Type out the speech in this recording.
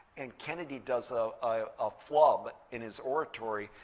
and kennedy does a ah ah flub in his oratory,